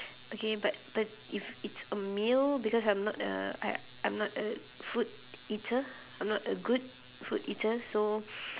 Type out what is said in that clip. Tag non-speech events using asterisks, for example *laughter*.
okay but but if it's a meal because I'm not a I I'm not a food eater I'm not a good food eater so *breath*